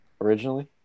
originally